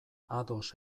ados